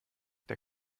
der